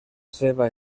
seva